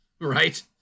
Right